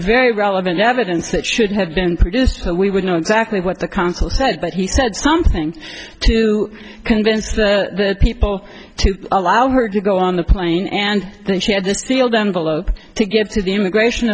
very relevant evidence that should have been produced we would know exactly what the counsel said but he said something to convince the people to allow her to go on the plane and then she had the sealed envelope to give to the immigration